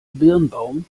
birnbaum